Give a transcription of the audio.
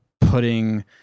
putting